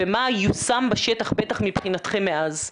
ומה יושם בשטח בטח מבחינתכם מאז.